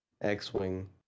X-Wing